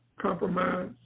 compromise